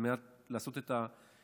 על מנת לעשות את העניין.